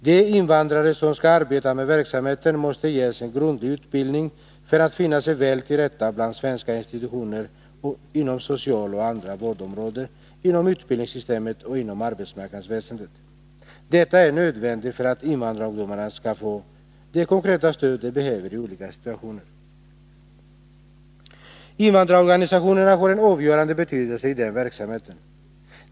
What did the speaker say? De invandrare som skall arbeta med verksamheten måste ges en grundlig utbildning för att finna sig väl till rätta bland svenska institutioner, inom sociala och andra vårdområden, inom utbildningssystemet och arbetsmarknadsväsendet. Detta är nödvändigt för att invandrarungdomarna skall få det konkreta stöd de behöver i olika situationer. Invandrarorganisationerna har en avgörande betydelse i den verksamheten.